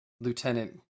Lieutenant